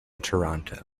toronto